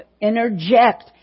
interject